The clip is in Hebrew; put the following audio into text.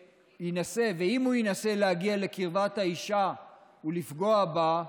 ואם הוא ינסה להגיע לקרבת האישה ולפגוע בה,